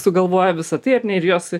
sugalvojo visa tai ar ne ir jos